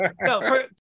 No